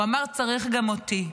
הוא אמר: צריך גם אותי.